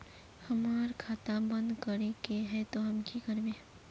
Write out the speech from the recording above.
हमर खाता बंद करे के है ते हम की करबे?